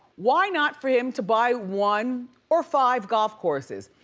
why not for him to buy one or five golf courses?